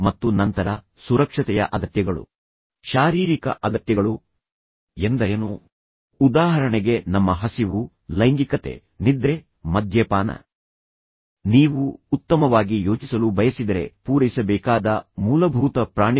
ಆದ್ದರಿಂದ ನೀವು ಸಂಘರ್ಷವನ್ನು ವಿಂಗಡಿಸುವ ವಿಧಾನ ಇದಾಗಿದ್ದು ವಿಶೇಷವಾಗಿ ನಿಕಟ ಸಂಬಂಧದಲ್ಲಿ ಇದ್ದಾಗ ಆದರೆ ಅವರು ಒಂದು ರೀತಿಯ ಸಂಘರ್ಷದ ಪರಿಸ್ಥಿತಿಯಲ್ಲಿದ್ದಾರೆ ಇದು ವಾಸ್ತವವಾಗಿ ಸಂಬಂಧಕ್ಕೆ ಸಂಪೂರ್ಣ ಹಾನಿಯನ್ನುಂಟು ಮಾಡುತ್ತದೆ